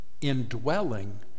indwelling